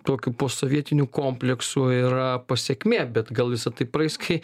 tokių posovietinių kompleksų yra pasekmė bet gal visa tai praeis kai